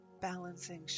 Balancing